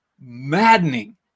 maddening